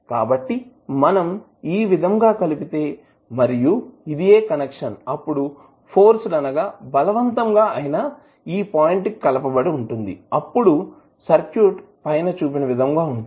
కాబట్టి మనం ఈ విధంగా కలిపితే మరియు ఇదియే కనెక్షన్ అప్పుడు ఫోర్స్డ్ అనగా బలవంతంగా అయినా ఈ పాయింట్ కి కలపబడి ఉంటుంది అప్పుడు సర్క్యూట్ పైన చూపిన విధంగా ఉంటుంది